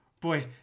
boy